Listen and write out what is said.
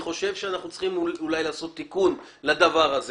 אני חושב שאנחנו צריכים לעשות תיקון לדבר הזה.